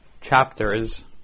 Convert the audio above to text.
chapters